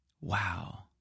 wow